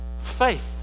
Faith